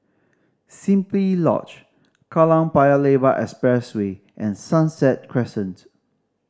Simply Lodge Kallang Paya Lebar Expressway and Sunset Crescent